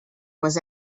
was